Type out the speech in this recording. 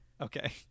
Okay